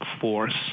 force